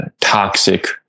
toxic